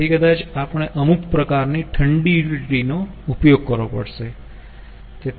તેથી કદાચ આપણે અમુક પ્રકારની ઠંડી યુટીલીટી નો ઉપયોગ કરવો પડશે